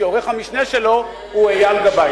ועורך המשנה שלו הוא אייל גבאי.